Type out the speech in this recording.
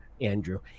Andrew